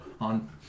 on